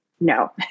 No